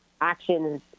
actions